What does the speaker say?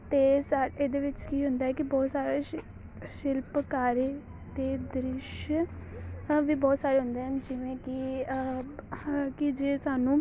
ਅਤੇ ਸਾ ਇਹਦੇ ਵਿੱਚ ਕੀ ਹੁੰਦਾ ਹੈ ਕਿ ਬਹੁਤ ਸਾਰੇ ਸ਼ਿਲਪਕਾਰੀ ਅਤੇ ਦ੍ਰਿਸ਼ ਵੀ ਬਹੁਤ ਸਾਰੇ ਹੁੰਦੇ ਹਨ ਜਿਵੇਂ ਕਿ ਕਿ ਜੇ ਤੁਹਾਨੂੰ